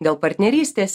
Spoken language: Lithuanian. dėl partnerystės